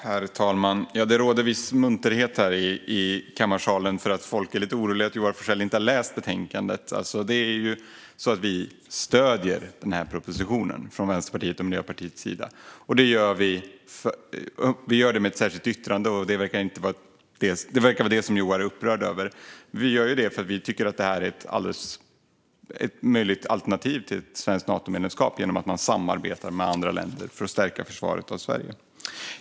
Herr talman! Det råder viss munterhet här i kammarsalen, för folk är lite oroliga över att Joar Forssell inte har läst betänkandet. Det är ju så att vi från Vänsterpartiets och Miljöpartiets sida stöder propositionen. Vi gör det med ett särskilt yttrande. Det verkar vara det som Joar är upprörd över. Vi gör det för att vi tycker att detta är ett möjligt alternativ till ett svenskt Natomedlemskap: att man samarbetar med andra länder för att stärka försvaret av Sverige.